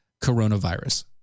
coronavirus